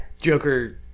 Joker